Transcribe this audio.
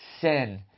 sin